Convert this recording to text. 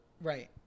Right